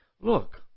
Look